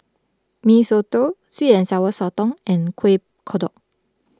Mee Soto Sweet and Sour Sotong and Kuih Kodok